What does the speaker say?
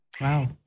Wow